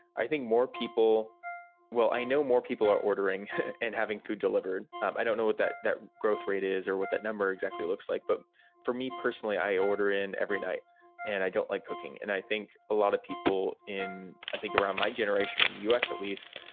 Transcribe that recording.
i think more people well, i know more people are ordering and having food delivered. i don't know what that that growth rate is or what that number exactly looks like, but for me personally, i order in every night and i don't like cooking, and i think a lot of people i think around my generation in the u s. at least,